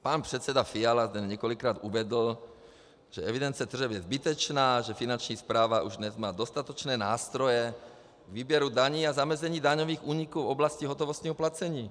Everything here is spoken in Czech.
Pan předseda Fiala zde několikrát uvedl, že evidence tržeb je zbytečná, že Finanční správa už dnes má dostatečné nástroje k výběru daní a zamezení daňových úniků v oblasti hotovostního placení.